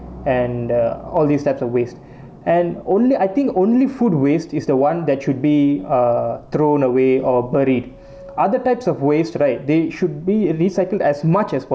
and uh all these types of waste and only I think only food waste is the [one] that should be uh thrown away or buried other types of waste right they should be recycled as much as possible like even correct they are not decomposable they will take up space and